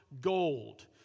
gold